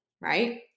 right